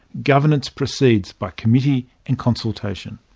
governance proceeds by committee and consultation.